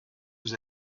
vous